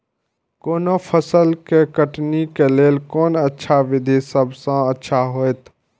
कोनो फसल के कटनी के लेल कोन अच्छा विधि सबसँ अच्छा होयत?